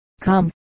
come